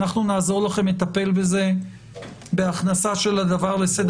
אנחנו נעזור לכם לטפל בזה בהכנסה של הדבר לסדר